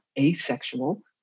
asexual